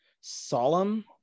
solemn